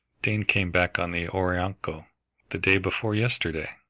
dane came back on the orinoco, the day before yesterday.